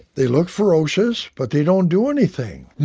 they look ferocious, but they don't do anything